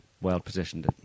well-positioned